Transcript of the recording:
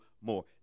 more